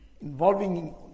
involving